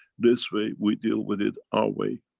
this way we deal with it our way,